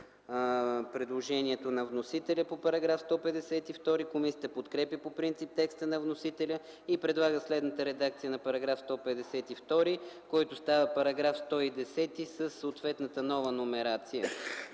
предложението на вносителя по § 152: „Комисията подкрепя по принцип текста на вносителя и предлага следната редакция на § 152, който става § 110, със съответната нова номерация: